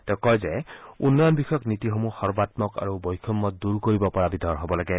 তেওঁ কয় যে উন্নয়ন বিষয়ক নীতিসমূহ সৰ্বাম্মক আৰু বৈষম্য দূৰ কৰিব পৰা বিধৰ হ'ব লাগে